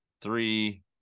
three